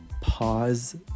pause